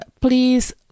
Please